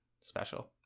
special